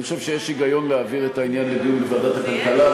אני חושב שיש היגיון להעברת העניין לדיון בוועדת הכלכלה,